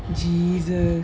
jesus